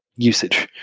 usage,